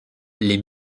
les